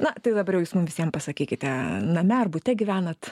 na tai dabar jau jūs mum visiem pasakykite name ar bute gyvenat